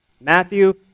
Matthew